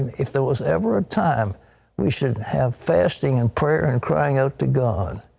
if there was ever a time we should have fasting and prayer and crying out to god.